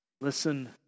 Listen